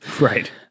Right